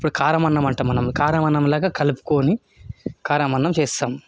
ఇప్పుడు కారం అన్నం అంట మనం కారం అన్నం లాగా కలుపుకొని కారం అన్నం చేస్తాం